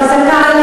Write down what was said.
חזקה על